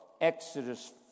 Exodus